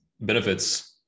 benefits